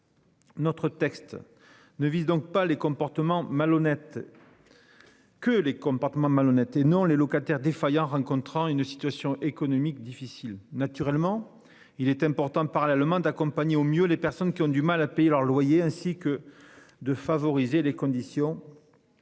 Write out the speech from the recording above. Notre texte. Ne vise donc pas les comportements malhonnêtes. Que les comportements malhonnêtes et non les locataires défaillants, rencontrant une situation économique difficile naturellement. Il est important par l'Allemande d'accompagner au mieux les personnes qui ont du mal à payer leurs loyers, ainsi que de favoriser les conditions. Afin